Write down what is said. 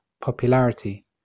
popularity